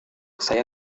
saya